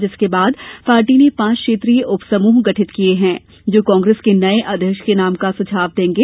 जिसके बाद पार्टी ने पांच क्षेत्रीय उप समूह गठित किए है जो कांग्रेस के नए अध्यक्ष के नाम का सुझाव देंगे